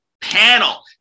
panel